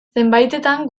zenbaitetan